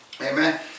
amen